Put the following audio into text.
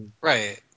right